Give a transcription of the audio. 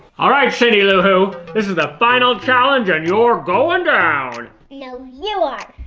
alright, cindy lou who. this is the final challenge, and you're going down. no, you are!